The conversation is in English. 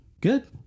Good